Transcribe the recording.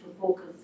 focus